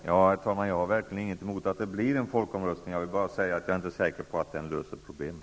Herr talman! Jag har verkligen inget emot att det blir en folkomröstning. Men jag är inte säker på att den löser problemen.